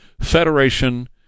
federation